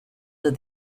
that